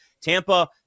Tampa